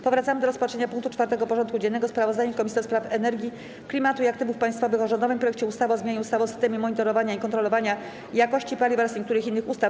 Powracamy do rozpatrzenia punktu 4. porządku dziennego: Sprawozdanie Komisji do Spraw Energii, Klimatu i Aktywów Państwowych o rządowym projekcie ustawy o zmianie ustawy o systemie monitorowania i kontrolowania jakości paliw oraz niektórych innych ustaw.